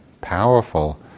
powerful